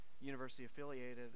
university-affiliated